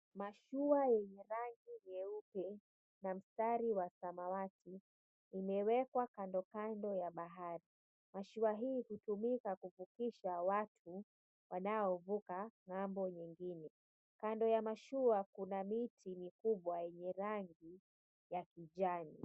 Mashua yenye rangi nyeupe na mstari wa samawati imewekwa kando kando ya bahari. Mashua hii hutumika kuvukisha watu wanaovuka ng'ambo nyingine. Kando ya mashua kuna miti mikubwa yenye rangi ya kijani.